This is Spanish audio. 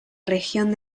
región